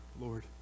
Lord